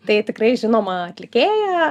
tai tikrai žinoma atlikėja